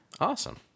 Awesome